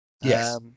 Yes